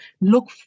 look